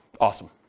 Awesome